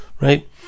right